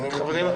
שלום לכולם,